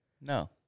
No